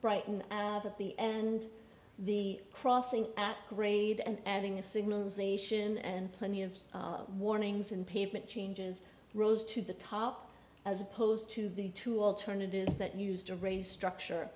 brighton have the and the crossing at grade and adding a signal zation and plenty of warnings and pavement changes rose to the top as opposed to the two alternatives that used to raise structure